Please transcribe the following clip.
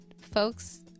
folks